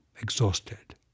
exhausted